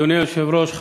אדוני היושב-ראש,